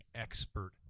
expert